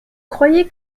croyais